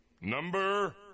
number